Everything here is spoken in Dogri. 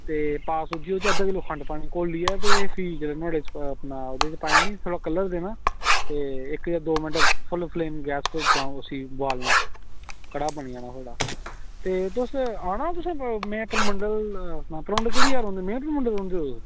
ते पा सूजी होऐ ते अद्धा किलो खंड पानी घोलियै ते फ्ही जेल्लै नुहाड़े च अपने ओह्दे च पाई ओड़नी थोह्ड़ा कलर देना ते इक जां दो मिंट्ट फुल फ्लेम गैस उप्पर उसी बुआलना कड़ाह् बनी जाना थुआढ़ा ते तुस आना तुसें में परमंडल अपना परमंडल केह्ड़ी जगह् रौंह्दे मेन परमंडल रौंह्दे ओ तुस